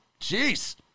jeez